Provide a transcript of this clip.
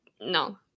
no